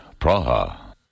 Praha